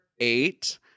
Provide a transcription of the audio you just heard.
eight